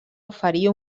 oferir